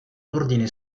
ordine